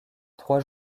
trois